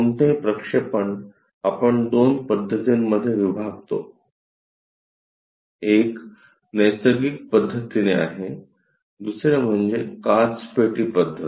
कोणतेही प्रक्षेपण आपण दोन पद्धतींमध्ये विभागतो एक नैसर्गिक पद्धतीने आहे दुसरे म्हणजे काचपेटी पद्धत